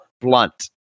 blunt